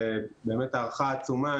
באמת הערכה עצומה,